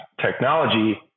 Technology